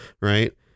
Right